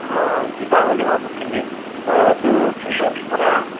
ହଁ ଯିବା ବୋଲି ଭାବୁଥିଲି ତ ତୁ ଫ୍ରି ଅଛୁ ପରା